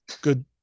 Good